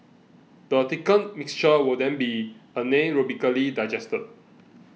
the thickened mixture will then be anaerobically digested